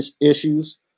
issues